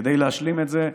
כדי להשלים את זה,